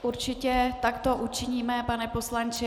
Určitě takto učiníme, pane poslanče.